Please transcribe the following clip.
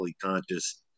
conscious